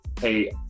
hey